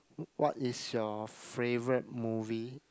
what is your favourite movie